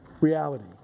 reality